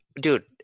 dude